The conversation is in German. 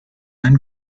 ein